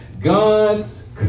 God's